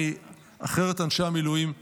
כי אחרת אנשי המילואים יקרסו.